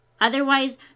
Otherwise